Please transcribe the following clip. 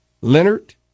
Leonard